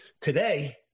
Today